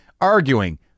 Arguing